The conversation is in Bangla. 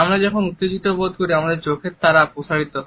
আমরা যখন উত্তেজিত বোধ করি আমাদের চোখের তারা প্রসারিত হয়